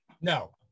No